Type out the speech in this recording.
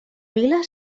vila